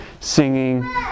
singing